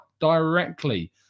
directly